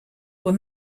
were